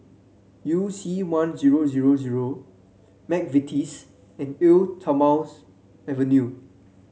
You C One Zero Zero Zero McVitie's and Eau Thermale Avene